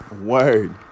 Word